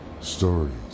Stories